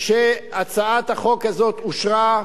שהצעת החוק הזאת אושרה.